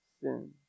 sin